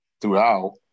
throughout